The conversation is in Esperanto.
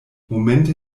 momente